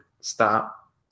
stop